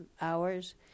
hours